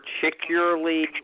particularly